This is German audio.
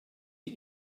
die